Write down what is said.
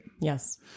yes